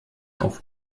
auf